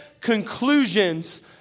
conclusions